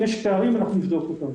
אם יש פערים אנחנו נבדוק אותם.